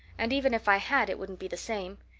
and even if i had it wouldn't be the same.